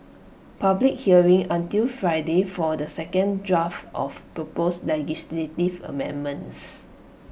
public hearing until Friday for the second draft of proposed legislative amendments